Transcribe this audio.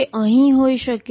તે અહીં હોઈ શકે